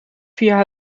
via